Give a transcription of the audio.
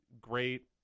Great